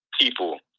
People